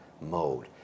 mode